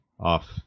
off